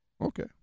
Okay